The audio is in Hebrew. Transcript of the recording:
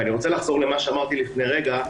ואני רוצה לחזור למה שאמרתי לפני רגע,